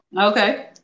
Okay